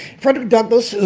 frederick douglass,